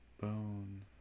Bone